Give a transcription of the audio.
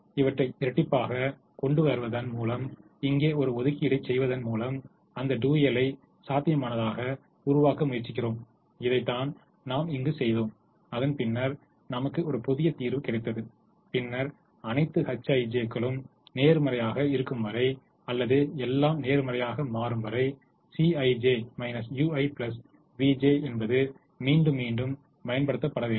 எனவே இவற்றை இரட்டிப்பாகக் கொண்டுவருவதன் மூலமும் இங்கே ஒரு ஒதுக்கீட்டைச் செய்வதன் மூலமும் அந்த டூயலை சாத்தியமானதாக உருவாக்க முயற்சிக்கிறோம் இதை தான் நாம் இங்கு செய்தோம் அதன் பின்னர் நமக்கு ஒரு புதிய தீர்வு கிடைத்தது பின்னர் அனைத்து hij களும் நேர்மறையாக இருக்கும் வரை அல்லது எல்லாம் நேர்மறையாக மாறும் வரை இந்த Cij ui vj மீண்டும் மீண்டும் பயன்படுத்த வேண்டும்